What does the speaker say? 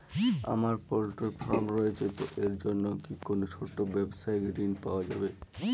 আমার poultry farm রয়েছে তো এর জন্য কি কোনো ছোটো ব্যাবসায়িক ঋণ পাওয়া যাবে?